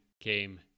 came